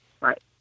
Right